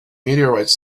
meteorites